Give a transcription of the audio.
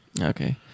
Okay